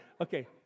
Okay